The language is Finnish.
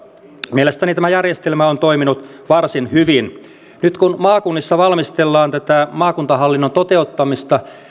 mielestäni tämä järjestelmä on toiminut varsin hyvin nyt kun maakunnissa valmistellaan tätä maakuntahallinnon toteuttamista